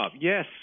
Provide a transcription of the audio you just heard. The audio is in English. yes